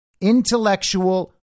intellectual